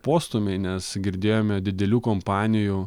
postūmiai nes girdėjome didelių kompanijų